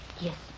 yes